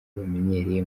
bamenyereye